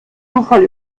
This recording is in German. zufall